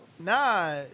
Nah